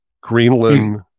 Greenland